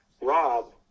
Rob